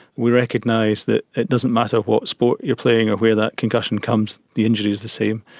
we recognise that it doesn't matter what sport you're playing or where that concussion comes, the injury is the same.